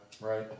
right